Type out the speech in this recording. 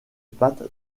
pâte